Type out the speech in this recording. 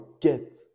get